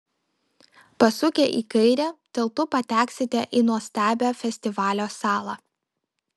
pasukę į kairę tiltu pateksite į nuostabią festivalio salą